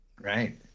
Right